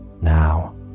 now